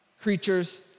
creatures